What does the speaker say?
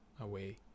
away